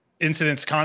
incidents